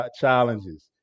challenges